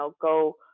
go